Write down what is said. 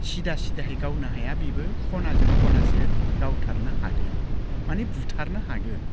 सिदा सिदाहै गावनो हाया बिबो खनाजों खनासो गावथारनो हागोन मानि बुथारनो हागोन